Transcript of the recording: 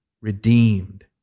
redeemed